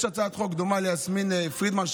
יש הצעת חוק דומה של יסמין פרידמן,